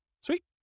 Sweet